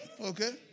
Okay